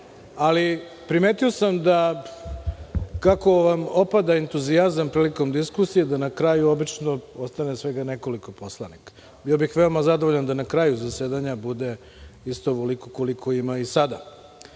tome. Primetio sam da kako vam opada entuzijazam prilikom diskusija, da na kraju obično ostane svega nekoliko poslanika. Bio bih veoma zadovoljan da na kraju zasedanja bude isto ovoliko koliko ih ima